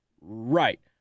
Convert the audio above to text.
Right